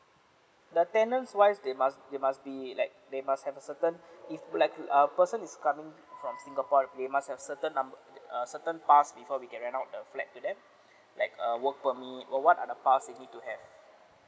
the tenants wise they must they must be like they must have a certain if were like a person is coming from singapore they must have certain num~ uh certain pass before we can rent out the flat to them like err work permit what what are the pass they need to have